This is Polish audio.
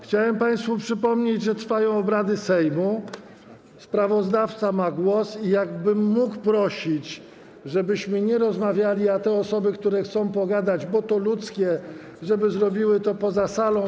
Chciałem państwu przypomnieć, że trwają obrady Sejmu, sprawozdawca ma głos, i prosiłbym, żebyśmy nie rozmawiali, a te osoby, które chcą pogadać, bo to ludzkie - żeby zrobiły to poza salą.